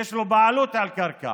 שיש לו בעלות על קרקע,